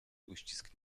uścisk